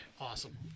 awesome